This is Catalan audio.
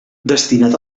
destinat